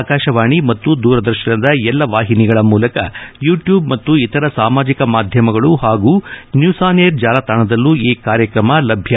ಆಕಾಶವಾಣಿ ಮತ್ತು ದೂರದರ್ಶನದ ಎಲ್ಲಾ ವಾಹಿನಿಗಳ ಮೂಲಕ ಯೂಟ್ಯೂಬ್ ಮತ್ತು ಇತರ ಸಾಮಾಜಿಕ ಮಾಧ್ಯಮಗಳು ಹಾಗೂ ನ್ಯೂಸ್ ಆನ್ ಏರ್ ಜಾಲತಾಣದಲ್ಲೂ ಈ ಕಾರ್ಯಕ್ರಮ ಲಭ್ಯ